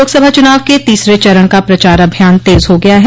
लोकसभा चुनाव के तीसरे चरण का प्रचार अभियान तेज हो गया है